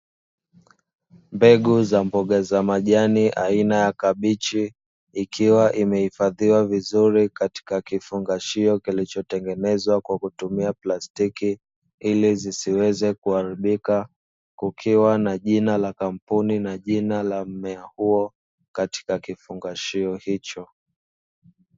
Mbegu za mboga za majani aina ya kabichi, ikiwa imehifadhiwa vizuri katika kifungashio kilichotengenezwa kwa kutumia plastiki ili zisiweze kuharibika, kukiwa na jina la kampuni na jina la mmea huo katika kifungashio hicho.